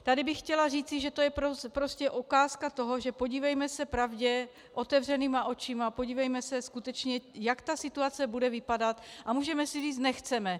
Tady bych chtěla říci, že to je prostě ukázka toho, podívejme se na pravdu otevřenýma očima, podívejme se skutečně, jak situace bude vypadat, a můžeme si říct: nechceme.